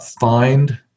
find